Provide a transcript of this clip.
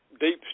deep